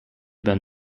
been